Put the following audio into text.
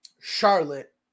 Charlotte